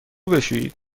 بشویید